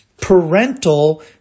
parental